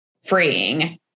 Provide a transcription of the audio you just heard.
freeing